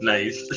Nice